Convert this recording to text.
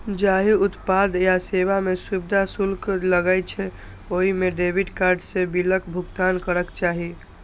जाहि उत्पाद या सेवा मे सुविधा शुल्क लागै छै, ओइ मे डेबिट कार्ड सं बिलक भुगतान करक चाही